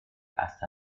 hasta